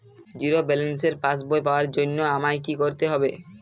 Zero ব্যালেন্সের passbook পাওয়ার জন্য আমায় কী করতে হবে?